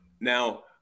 Now